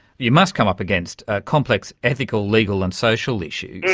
you must come up against complex ethical, legal and social issues,